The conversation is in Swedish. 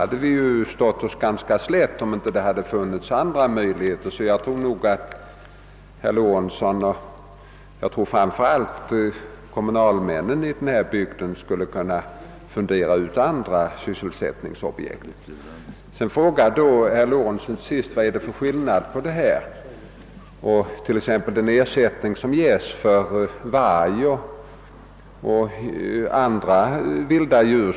Hade inte andra möjligheter funnits, skulle vi ju ha stått oss ganska slätt. Jag tror för min del att herr Lorentzon och framför allt kommunalmännen i den bygden skulle kunna fundera ut andra sysselsättningsobjekt. Till sist frågar herr Lorentzon vad det är för skillnad mellan dessa skador och skador som orsakas av varg och andra vilda djur.